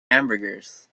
hamburgers